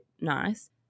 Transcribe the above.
nice